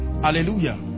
Hallelujah